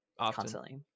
constantly